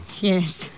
Yes